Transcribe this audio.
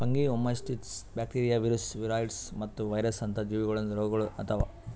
fungi, oomycetes, bacteria, viruses, viroids ಮತ್ತ virus ಅಂತ ಜೀವಿಗೊಳಿಂದ್ ರೋಗಗೊಳ್ ಆತವ್